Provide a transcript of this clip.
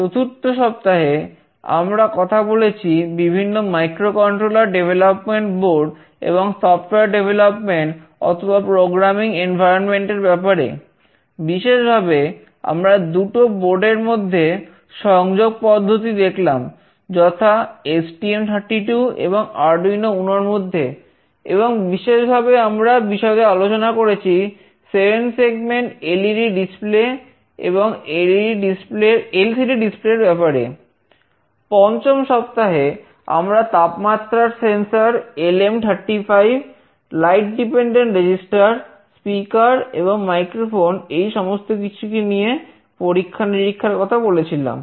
চতুর্থ সপ্তাহে আমরা কথা বলেছি বিভিন্ন মাইক্রোকন্ট্রোলার এই সমস্ত কিছুকে নিয়ে বিভিন্ন পরীক্ষা নিরীক্ষার কথা বলেছিলাম